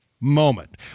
moment